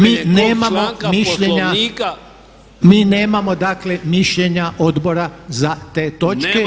Mi nemao mišljenja, mi nemamo dakle mišljenja odbora za te točke.